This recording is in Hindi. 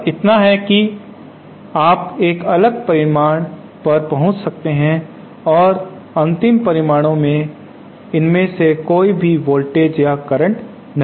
बस इतना है कि आप एक अलग परिणाम पर पहुंच सकते हैं और अंतिम परिणामों में इनमें से कोई भी वोल्टेज या करंट नहीं होगी